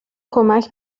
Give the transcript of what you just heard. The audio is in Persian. کمک